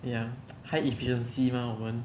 ya high efficiency mah 我们